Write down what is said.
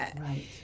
Right